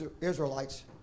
Israelites